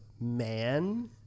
man